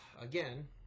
again